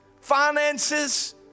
finances